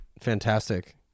fantastic